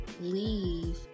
leave